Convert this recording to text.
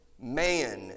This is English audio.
man